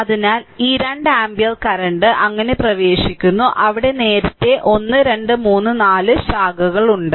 അതിനാൽ ഈ 2 ampere current അങ്ങനെ പ്രവേശിക്കുന്നു അവിടെ നേരത്തെ 1 2 3 4 ശാഖകൾ ഉണ്ട്